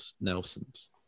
Nelsons